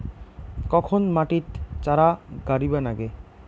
কখন মাটিত চারা গাড়িবা নাগে?